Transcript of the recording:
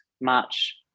March